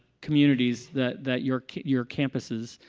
communities that that your your campuses